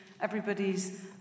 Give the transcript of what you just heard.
everybody's